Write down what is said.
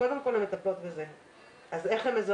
וקודם כל הן מטפלות בזה.